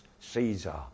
Caesar